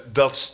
dat